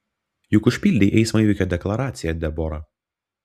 juk užpildei eismo įvykio deklaraciją debora